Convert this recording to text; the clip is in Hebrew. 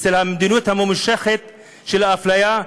עם המדיניות הממושכת של האפליה,